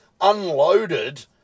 unloaded